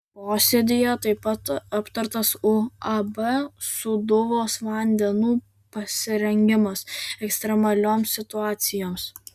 posėdyje taip pat aptartas uab sūduvos vandenų pasirengimas ekstremalioms situacijoms